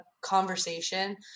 conversation